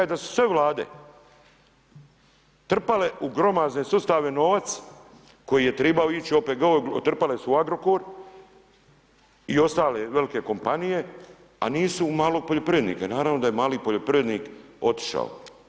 Logika je da su sve vlade, trpale u glomazne sustave novac, koji je trebao ići u OPG, trpale su u Agrokor i ostale velike kompanije, a nisu u malog poljoprivrednika i naravno da je mali poljoprivrednik otišao.